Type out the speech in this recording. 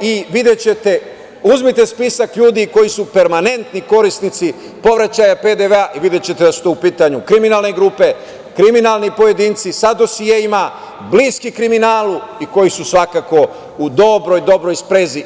i videćete, uzmite spisak ljudi koji su permanentni korisnici povraćaja PDV-a i videćete da su to u pitanju kriminalne grupe, kriminalni pojedinci sa dosijeima, bliski kriminalu i koji su svakako u dobroj dobroj sprezi.